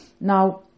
Now